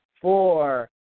four